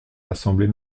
l’assemblée